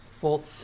full